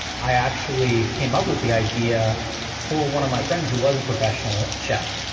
i actually came up with the idea for one of my friends who was a professional chef,